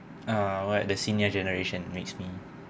err what the senior generation makes me